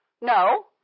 No